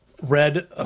red